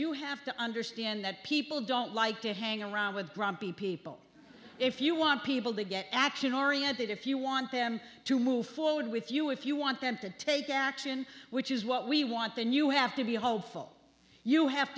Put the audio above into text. you have to understand that people don't like to hang around with grumpy people if you want people to get action oriented if you want them to move forward with you if you want them to take action which is what we want then you have to be hopeful you have